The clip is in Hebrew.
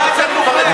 בסדר,